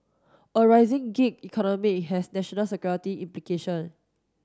a rising gig economy has national security implication